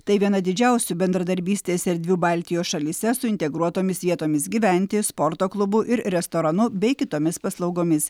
tai viena didžiausių bendradarbystės erdvių baltijos šalyse su integruotomis vietomis gyventi sporto klubu ir restoranu bei kitomis paslaugomis